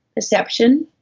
perception,